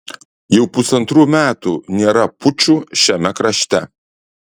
jau pusantrų metų nėra pučų šiame krašte